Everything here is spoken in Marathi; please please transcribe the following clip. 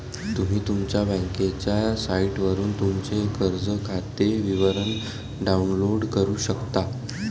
तुम्ही तुमच्या बँकेच्या साइटवरून तुमचे कर्ज खाते विवरण डाउनलोड करू शकता